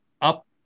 up